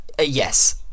Yes